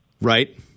right